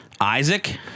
Isaac